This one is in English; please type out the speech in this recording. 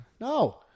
No